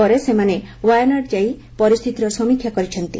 ପରେ ସେମାନେ ୱାୟାନାଡ୍ ଯାଇ ପରିସ୍ଥିତିର ସମୀକ୍ଷା କରିଛନ୍ତି